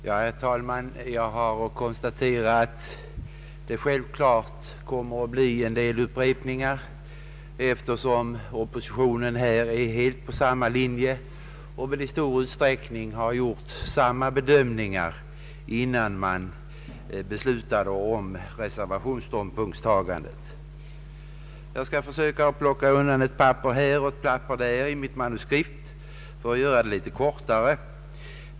Herr talman! Jag har konstaterat att mitt anförande kommer att innehålla en hel del upprepningar, eftersom oppositionen här är helt på samma linje och i stor utsträckning har gjort samma bedömningar innan man beslutat om reservationen. För att göra min framställning litet kortare skall jag försöka plocka bort ett papper här och ett papper där i mitt manuskript.